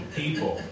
people